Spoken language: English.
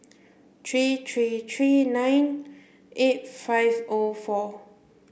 three three three nine eight five O four